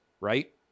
right